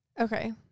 okay